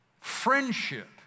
friendship